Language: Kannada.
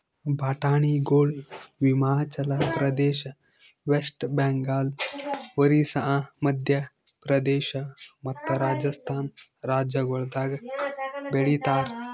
ಬಟಾಣಿಗೊಳ್ ಹಿಮಾಚಲ ಪ್ರದೇಶ, ವೆಸ್ಟ್ ಬೆಂಗಾಲ್, ಒರಿಸ್ಸಾ, ಮದ್ಯ ಪ್ರದೇಶ ಮತ್ತ ರಾಜಸ್ಥಾನ್ ರಾಜ್ಯಗೊಳ್ದಾಗ್ ಬೆಳಿತಾರ್